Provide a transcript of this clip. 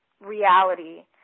reality